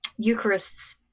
Eucharists